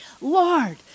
Lord